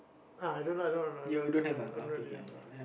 ah I I don't really have ah